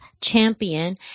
champion